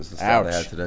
Ouch